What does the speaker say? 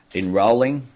enrolling